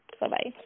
Bye-bye